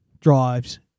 drives